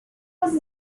was